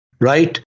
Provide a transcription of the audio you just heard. right